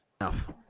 enough